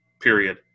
period